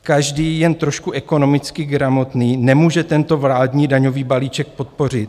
Každý jen trošku ekonomicky gramotný nemůže tento vládní daňový balíček podpořit.